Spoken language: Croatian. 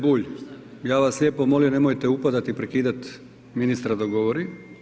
G. Bulj, ja vas lijepo molim, nemojte upadati i prekidati ministra dok govori.